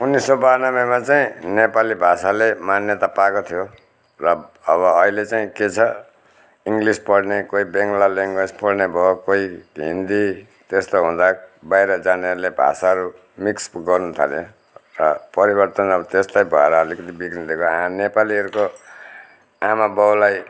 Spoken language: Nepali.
उन्नाइस सय ब्यानब्बेमा चाहिँ नेेपाली भाषाले मान्यता पाएको थियो र अब अहिले चाहिँ के छ इङ्ग्लिस पढ्ने कोही बङ्गला लेङ्ग्वेज पढ्ने भयो कोही हिन्दी त्यस्तो हुँदा बाहिर जानेहरूले भाषाहरू मिक्स गर्नु थाल्यो र परिवर्तन अब त्यस्तै भएर अलिकति बिग्रिँदै गयो नेपालीहरूको आमा बाउलाई